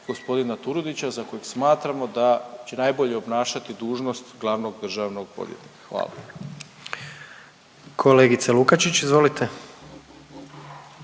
g. Turudića za kojeg smatramo da će najbolje obnašati dužnost glavnog državnog odvjetnika. Hvala. **Jandroković, Gordan